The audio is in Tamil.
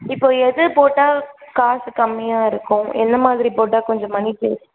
இப்போது எது போட்டால் காசு கம்மியாக இருக்கும் என்ன மாதிரி போட்டால் கொஞ்சம் மணிக்கு